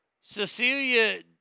Cecilia